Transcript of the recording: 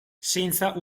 senza